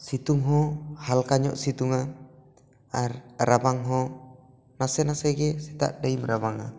ᱥᱤᱛᱩᱝ ᱦᱚᱸ ᱦᱟᱞᱠᱟ ᱧᱚᱜ ᱥᱤᱛᱩᱝᱼᱟ ᱟᱨ ᱨᱟᱵᱟᱝ ᱦᱚᱸ ᱱᱟᱥᱮ ᱱᱟᱥᱮ ᱜᱮ ᱥᱮᱛᱟᱜ ᱟᱹᱭᱩᱵ ᱨᱟᱵᱟᱝᱼᱟ